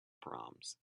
proms